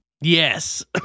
Yes